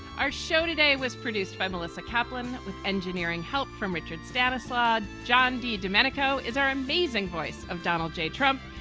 our show today was produced by melissa kaplan with engineering help from richard status lord john d. domenica is our amazing voice of donald j. trump.